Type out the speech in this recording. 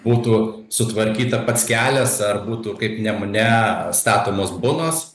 būtų sutvarkyta pats kelias ar būtų kaip nemune statomos bunos